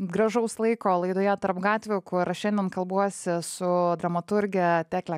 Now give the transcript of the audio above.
gražaus laiko laidoje tarp gatvių kur aš šiandien kalbuosi su dramaturge tekle